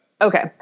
Okay